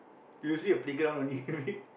usually a playground only